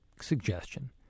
suggestion